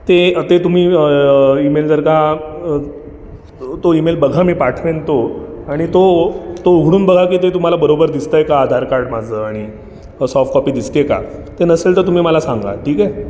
ते ते तुम्ही ईमेल जर का तो ईमेल बघा मी पाठवेन तो आणि तो तो उघडून बघा की ते तुम्हाला बरोबर दिसतं आहे का आधार कार्ड माझं आणि सॉफ्ट कॉपी दिसते आहे का ते नसेल तर तुम्ही मला सांगा ठीक आहे